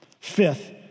Fifth